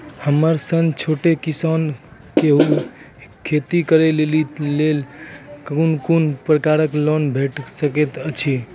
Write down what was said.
हमर सन छोट किसान कअ खेती करै लेली लेल कून कून प्रकारक लोन भेट सकैत अछि?